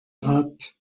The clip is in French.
grappes